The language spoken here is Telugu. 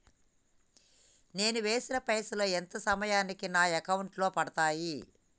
నేను వేసిన పైసలు ఎంత సమయానికి నా అకౌంట్ లో పడతాయి?